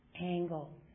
angle